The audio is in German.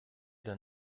dein